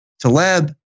Taleb